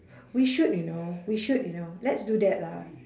we should you know we should you know let's do that lah